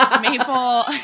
Maple